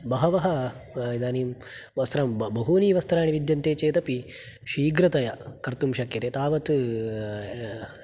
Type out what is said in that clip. बहवः इदानीं वस्त्रं ब बहूनि वस्त्राणि विद्यन्ते चेदपि शीघ्रतया कर्तुं शक्यते तावत्